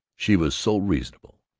she was so reasonable,